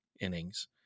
innings